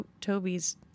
Toby's